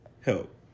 Help